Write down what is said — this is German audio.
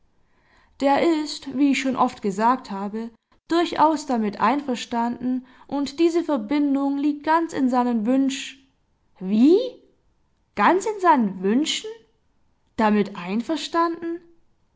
der ist wie ich schon oft gesagt habe durchaus damit einverstanden und diese verbindung liegt ganz in seinen wünsch wie ganz in seinen wünschen damit einverstanden